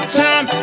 time